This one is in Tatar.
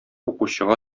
укучыга